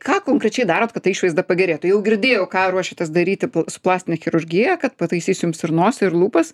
ką konkrečiai darot kad ta išvaizda pagerėtų jau girdėjau ką ruošiatės daryti su plastine chirurgija kad pataisys jums ir nosį ir lūpas